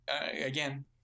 again